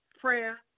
prayer